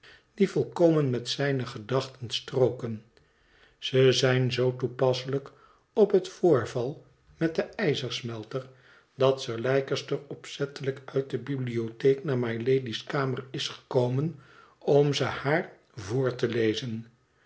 die volkomen met zijne gedachten strooken ze zijn zoo toepasselijk op het voorval met den ijzersmelter dat sir leicester opzettelijk uit de bibliotheek naar mylady's kamer is gekomen om ze haar voor te lezen